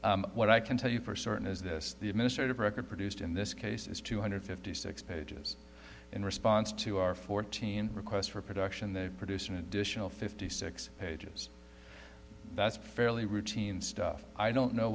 what i can tell you for certain is this the administrative record produced in this case is two hundred fifty six pages in response to our fourteen requests for production they produced an additional fifty six pages that's fairly routine stuff i don't know